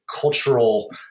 cultural